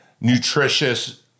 nutritious